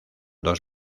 dos